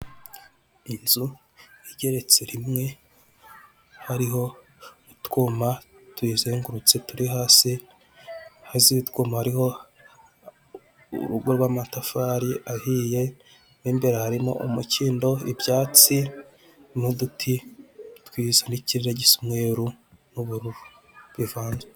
Inzu igeretse rimwe, hariho utwuma tuyizengurutse turi hasi, hasi y'utwuma hariho urugo rw'amatafari ahiye, mu imbere harimo umukindo, ibyatsi, n'uduti twiza, n'ikirere gisa umweru n'ubururu, bivanze.